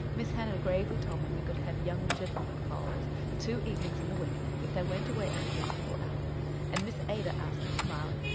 miss hannah gravely told me we could have young gentlemen callers two evenings in the week, if they went away at a reasonable hour and miss ada asked me, smiling,